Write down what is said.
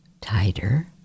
tighter